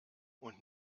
und